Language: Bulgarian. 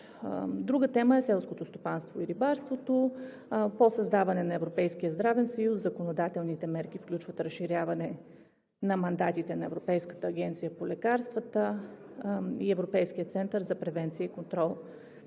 Друга тема е селското стопанство и рибарството. По създаване на Европейския здравен съюз законодателните мерки включват разширяване на мандатите на Европейската агенция по лекарствата и Европейския център за превенция и контрол